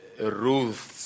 Ruth